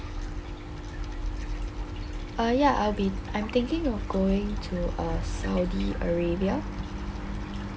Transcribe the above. uh ya I'll be I'm thinking of going to uh saudi arabia